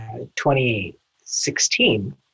2016